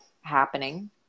happening